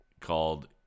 called